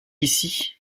ici